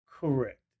Correct